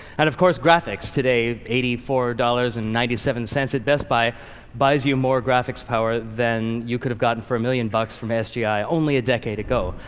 and, of course, graphics today eighty four dollars and ninety seven cents at best buy buys you more graphics power than you could have gotten for a million bucks from ah sgi only a decade ago.